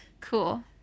cool